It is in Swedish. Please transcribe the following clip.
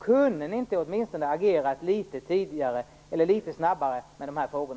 Kunde ni inte åtminstone agerat litet tidigare eller litet snabbare med dessa frågor?